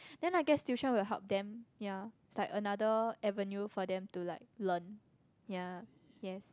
then I guess tuition will help them ya it's like another avenue for them to like learn ya yes